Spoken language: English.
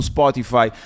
Spotify